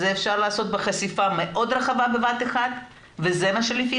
אפשר לעשות בחשיפה מאוד רחבה בבת אחת וזה מה שלפי